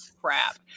crap